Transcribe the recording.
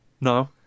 No